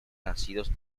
nacidos